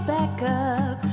backup